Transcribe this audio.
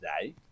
today